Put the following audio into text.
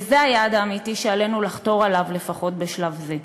וזה היעד האמיתי שעלינו לחתור אליו לפחות בשלב זה.